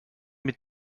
mit